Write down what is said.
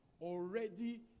already